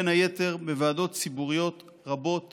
בין היתר בוועדות ציבוריות רבות